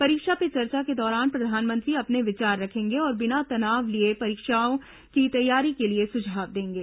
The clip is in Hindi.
परीक्षा पे चर्चा के दौरान प्रधानमंत्री अपने विचार रखेंगे और बिना तनाव लिए परीक्षाओं की तैयारी के लिए सुझाव देंगे